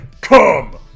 Come